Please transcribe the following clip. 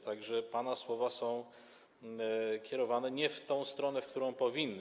Tak że pana słowa są kierowane nie w tę stronę, w którą powinny.